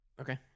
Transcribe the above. Okay